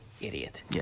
Idiot